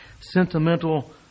sentimental